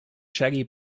shaggy